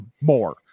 more